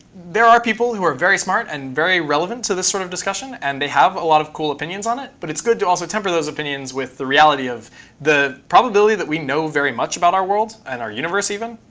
there are people who are very smart and very relevant to this sort of discussion, and they have a lot of cool opinions on it, but it's good to also temper those opinions with the reality of the probability that we know very much about our world and our universe even.